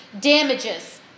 damages